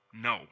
No